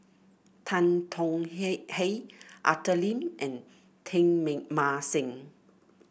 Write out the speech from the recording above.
Tan Tong Hye Arthur Lim and Teng Mah Seng